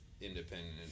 independent